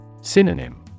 Synonym